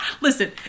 Listen